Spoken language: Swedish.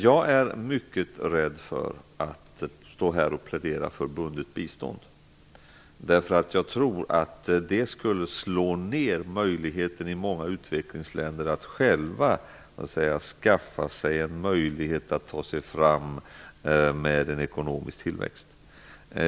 Jag är mycket rädd för att plädera för bundet bistånd. Jag tror att det skulle slå ut möjligheterna för många utvecklingsländer att själva skaffa sig en ekonomisk tillväxt.